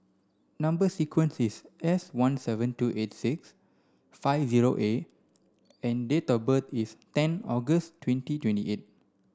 number sequence is S one seven two eight six five zero A and date of birth is ten August twenty twenty eight